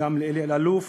וגם לאלי אלאלוף